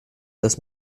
dass